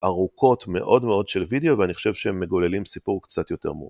ארוכות מאוד מאוד של וידאו ואני חושב שהם מגוללים סיפור קצת יותר מור..